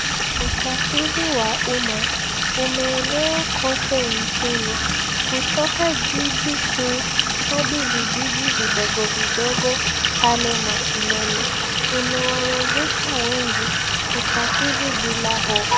Usafiri wa umma umeenea kote nchini. Kutoka jiji kuu hadi vijiji vidogo vidogo pale mashinani. Imewawezesha wengi kusafiri bila hofu.